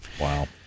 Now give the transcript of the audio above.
Wow